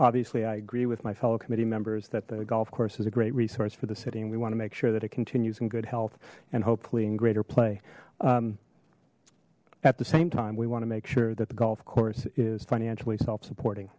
obviously i agree with my fellow committee members that the golf course is a great resource for the city and we want to make sure that it continues in good health and hopefully in greater play at the same time we want to make sure that the golf course is financially self supporting